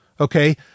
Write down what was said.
Okay